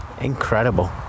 incredible